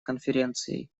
конференцией